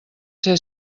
ser